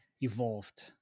evolved